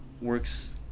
works